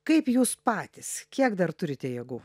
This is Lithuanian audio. kaip jūs patys kiek dar turite jėgų